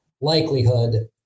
likelihood